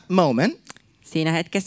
moment